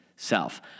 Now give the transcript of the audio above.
Self